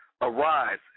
Arise